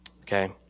Okay